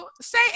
say